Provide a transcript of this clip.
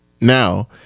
now